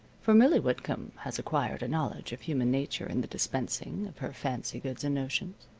for millie whitcomb has acquired a knowledge of human nature in the dispensing of her fancy goods and notions.